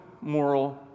moral